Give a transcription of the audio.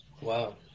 Wow